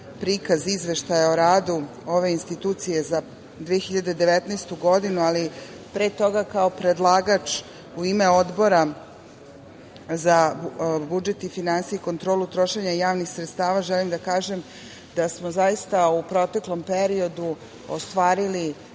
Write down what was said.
Izveštaja o radu ove institucije za 2019. godinu, ali pre toga kao predlagač u ime Odbora za budžet i finansije i kontrolu trošenja javnih sredstava želim da kažem da smo zaista u proteklom periodu ostvarili